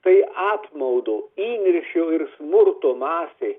tai apmaudo įniršio ir smurto masė